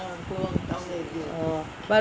oh